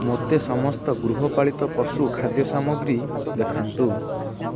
ମୋତେ ସମସ୍ତ ଗୃହପାଳିତ ପଶୁ ଖାଦ୍ୟ ସାମଗ୍ରୀ ଦେଖାନ୍ତୁ